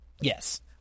Yes